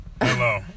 Hello